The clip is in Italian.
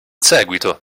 seguito